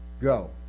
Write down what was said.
go